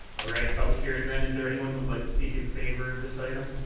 right. public hearing, then? is there anyone who would like to speak in favour of this item?